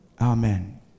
Amen